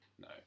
No